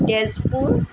Tezpur